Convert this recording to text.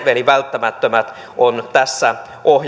eli välttämättömät ovat tässä